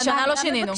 השנה לא שינינו.